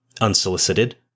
unsolicited